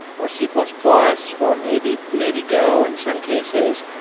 or c plus plus, or maybe maybe go in some cases.